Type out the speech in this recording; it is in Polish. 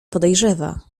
podejrzewa